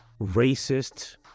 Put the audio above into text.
racist